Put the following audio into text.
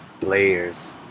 players